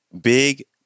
Big